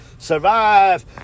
survive